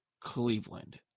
Cleveland